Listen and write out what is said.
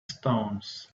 stones